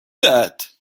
that